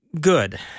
good